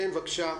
כן, בבקשה.